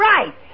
Right